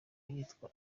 yitwa